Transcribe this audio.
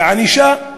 כענישה,